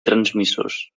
transmissors